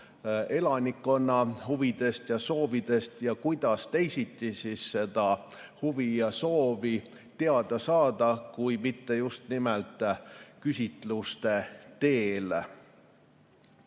elanikkonna huvidest ja soovidest. Ja kuidas teisiti siis seda huvi ja soovi teada saada kui mitte just nimelt küsitluste teel.